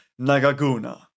Nagaguna